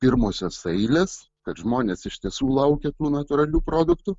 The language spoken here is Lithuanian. pirmosios eilės kad žmonės iš tiesų laukia tų natūralių produktų